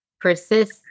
persist